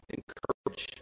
Encourage